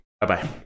Bye-bye